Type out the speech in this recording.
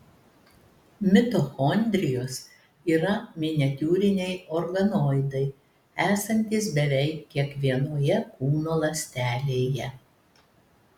mitochondrijos yra miniatiūriniai organoidai esantys beveik kiekvienoje kūno ląstelėje